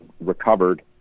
recovered